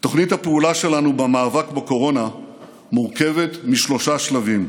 תוכנית הפעולה שלנו במאבק בקורונה מורכבת משלושה שלבים: